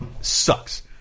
sucks